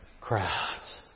crowds